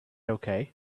okay